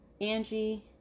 Angie